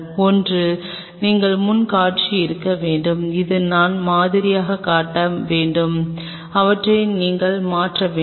ஒன்று நீங்கள் முன் காட்சியில் இருக்க வேண்டும் இது நான் மாதிரியாகக் காட்ட வேண்டும் அவற்றை நீங்கள் மாற்ற வேண்டும்